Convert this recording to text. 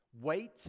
Wait